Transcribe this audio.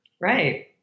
right